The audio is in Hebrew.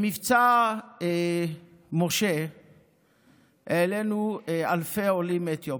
במבצע משה העלינו אלפי עולים מאתיופיה,